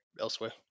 elsewhere